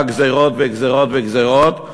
רק גזירות וגזירות וגזירות,